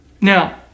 Now